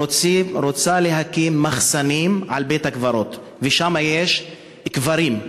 ורוצה להקים מחסנים על בית-הקברות, ויש שם קברים.